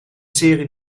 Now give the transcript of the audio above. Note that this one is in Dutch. serie